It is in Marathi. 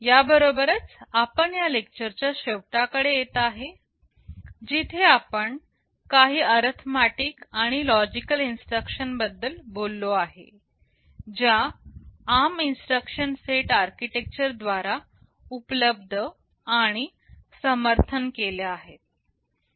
याबरोबर आपण या लेक्चर च्या शेवटाकडे येत आहे जिथे आपण काही अरिथमेटिक आणि लॉजिकल इन्स्ट्रक्शन बद्दल बोललो आहे ज्या ARM इन्स्ट्रक्शन सेट आर्किटेक्चर द्वारा उपलब्ध आणि समर्थन केल्या आहेत